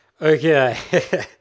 Okay